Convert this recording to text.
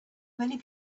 many